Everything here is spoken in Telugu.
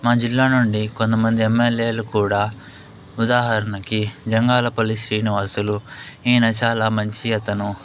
మా జిల్లా నుండి కొంత మంది ఎమ్మెల్యేలు కూడా ఉదాహరణకి జంగాలపల్లి శ్రీనివాసులు ఈయన చాలా మంచి అతను